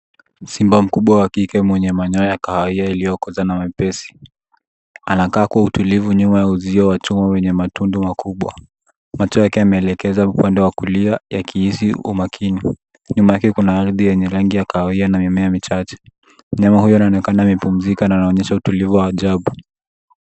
Simba mkubwa wa kike mwenye manyoya ya kahawia iliyokoza na mepesi. Anakaa kwa utulivu nyuma ya uzio wa chuma wenye matundu makubwa. Macho yake yameelekeza upande wa kulia yakihisi umakini. Nyuma yake kuna ardhi yenye rangi ya kahawia na mimea michache. Mnyama huyo anaonekana amepumzika na anaonyesha utulivu wa ajabu.